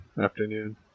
afternoon